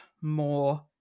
more